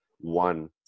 one